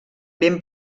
ben